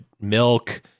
Milk